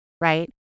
right